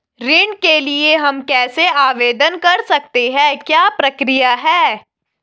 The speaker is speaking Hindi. ऋण के लिए हम कैसे आवेदन कर सकते हैं क्या प्रक्रिया है?